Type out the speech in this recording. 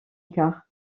car